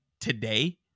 today